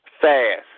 fast